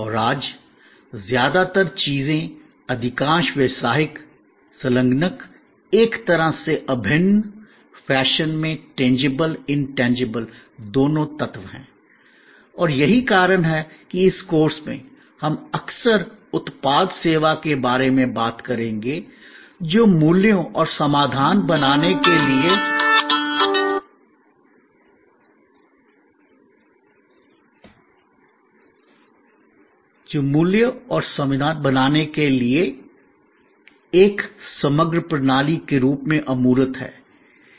और आज ज्यादातर चीजें अधिकांश व्यावसायिक संलग्नक एक तरह के अभिन्न फैशन में टेंजेबल इनटेंजेबल दोनों तत्व हैं और यही कारण है कि इस कोर्स में हम अक्सर उत्पाद सेवा के बारे में बात करेंगे जो मूल्यों और समाधान बनाने के लिए एक समग्रप्रणाली के रूप में अमूर्त है